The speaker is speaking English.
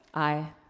aye.